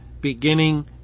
beginning